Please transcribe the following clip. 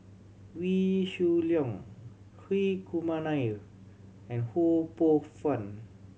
Wee Shoo Leong Hri Kumar Nair and Ho Poh Fun